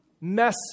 mess